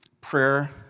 Prayer